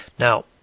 now